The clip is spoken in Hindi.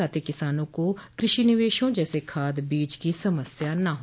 साथ ही किसानों को कृषि निवेशों जैसे खाद बीज की समस्या न हो